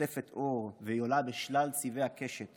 עוטפת אור / והיא עולה בשלל צבעי הקשת